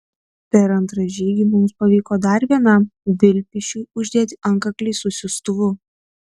per antrą žygį mums pavyko dar vienam vilpišiui uždėti antkaklį su siųstuvu